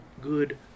good